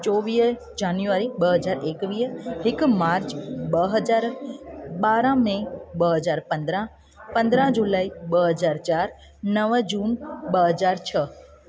चोवीह जान्युआरी ॿ हज़ार एकवीह हिकु मार्च ॿ हज़ार ॿारहां मे ॿ हजार पंद्रहां पंद्रहां जुलाई ॿ हज़ार चारि नव जून ॿ हज़ार छह